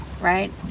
right